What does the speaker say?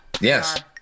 Yes